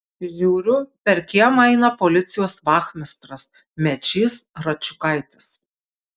žiūriu per kiemą eina policijos vachmistras mečys račiukaitis